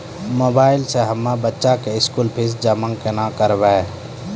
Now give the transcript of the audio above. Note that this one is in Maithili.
मोबाइल से हम्मय बच्चा के स्कूल फीस जमा केना करबै?